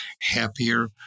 happier